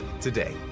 today